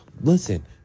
Listen